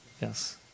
Yes